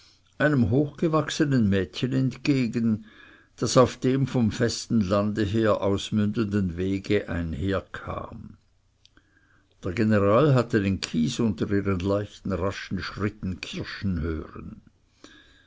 einem hochgewachsenen mädchen entgegen das auf dem vom festen lande her ausmündenden wege einherkam der general hatte den kies unter ihren leichten raschen schritten knirschen hören